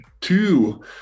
two